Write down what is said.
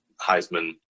Heisman